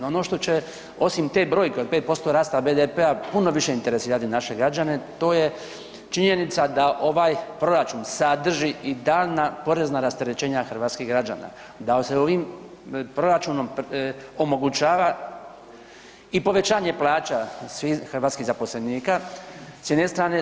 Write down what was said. I ono što će osim te brojke od 5% rasta BDP-a puno više interesirati naše građane, to je činjenica da ovaj proračun sadrži i daljnja porezna rasterećenja hrvatskih građana, da se ovim proračunom omogućava i povećanje plaća svih hrvatskih zaposlenika s jedne strane.